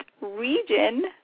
Region